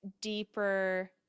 deeper